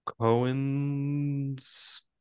cohen's